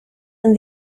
and